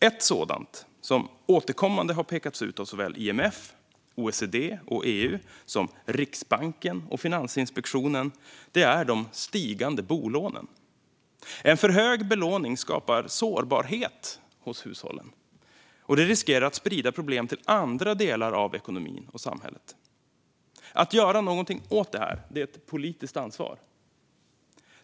Ett sådant, som återkommande har pekats ut av såväl IMF, OECD och EU som Riksbanken och Finansinspektionen, är de stigande bolånen. En för hög belåning skapar sårbarhet hos hushållen, och det riskerar att sprida problem till andra delar av ekonomin och samhället. Att göra något åt detta är ett politiskt ansvar.